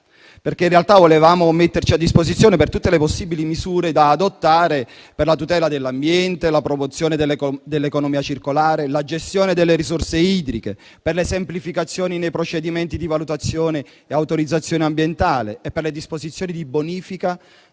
perché volevamo metterci a disposizione per tutte le possibili misure da adottare per la tutela dell'ambiente, la promozione dell'economia circolare e la gestione delle risorse idriche, per le semplificazioni nei procedimenti di valutazione e autorizzazione ambientale, per le disposizioni di bonifica